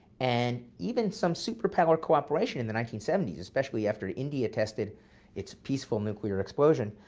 and even some superpower cooperation in the nineteen seventy s, especially after india tested its peaceful nuclear explosion,